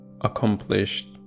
accomplished